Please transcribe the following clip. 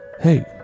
Hey